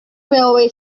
railway